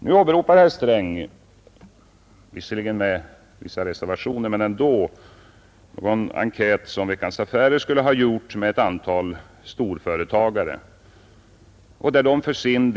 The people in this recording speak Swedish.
Nu åberopar herr Sträng — visserligen med en del reservationer — någon enkät som Veckans Affärer skulle ha gjort med ett antal storföretagare.